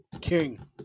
king